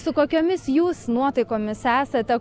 su kokiomis jūs nuotaikomis esate